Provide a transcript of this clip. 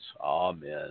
Amen